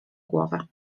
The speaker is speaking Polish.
głowę